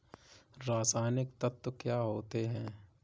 रसायनिक तत्व क्या होते हैं?